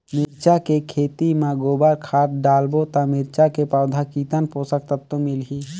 मिरचा के खेती मां गोबर खाद डालबो ता मिरचा के पौधा कितन पोषक तत्व मिलही?